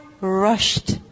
rushed